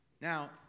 Now